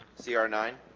c r nine